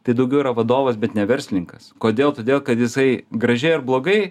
tai daugiau yra vadovas bet ne verslininkas kodėl todėl kad jisai gražiai ar blogai